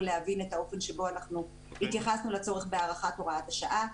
להבין את האופן בו אנחנו התייחסנו לצורך בהארכת הוראת השעה.